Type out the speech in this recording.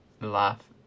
laugh